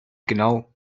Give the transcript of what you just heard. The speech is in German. genau